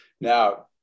Now